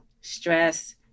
stress